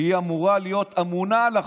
שאמורה להיות אמונה על החוק,